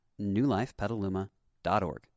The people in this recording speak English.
newlifepetaluma.org